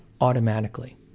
automatically